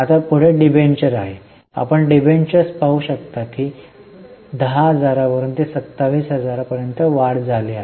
आता पुढील डिबेंचर आहे आपण डिबेंचर्स पाहू शकता की 10000 ते 27000 पर्यंत वाढ झाली आहे